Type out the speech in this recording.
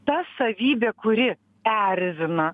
ta savybė kuri erzina